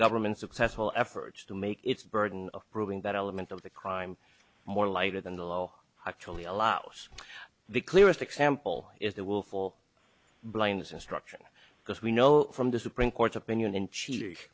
government's successful efforts to make its burden of proving that element of the crime more lighter than the law actually allows the clearest example it will fall blaine's instruction because we know from the supreme court's opinion in ch